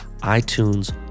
iTunes